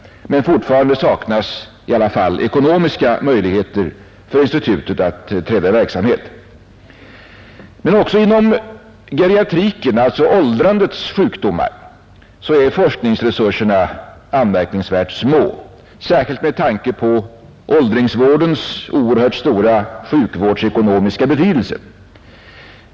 Men fortfarande saknas ekonomiska möjligheter för institutet att träda i verksamhet. Men också inom geriatriken — läran om åldrandets sjukdomar — är forskningsresurserna anmärkningsvärt små, särskilt med tanke på åldringsvårdens oerhört stora sjukvårdsekonomiska betydelse.